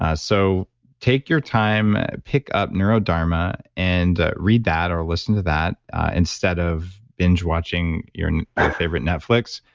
ah so take your time, pick up neurodharma and read that or listen to that instead of binge watching your favorite netflix.